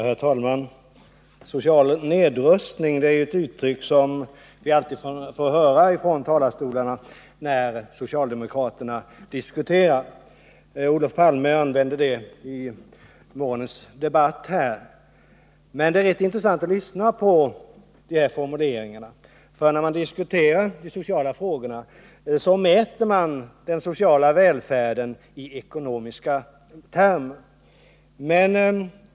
Herr talman! ”Social nedrustning” är ett uttryck som vi alltid får höra från talarstolarna när socialdemokraterna diskuterar. Olof Palme använde uttrycket i morgonens debatt här. Men det är rätt intressant att lyssna på de här formuleringarna, för när man diskuterar de sociala frågorna mäter man den sociala välfärden i ekonomiska termer.